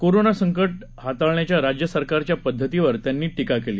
corona संकट हातळण्याच्या राज्यसरकारच्या पद्धतीवर त्यांनी टीका केली